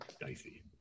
dicey